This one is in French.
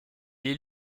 est